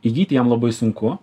įgyti jam labai sunku